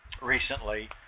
recently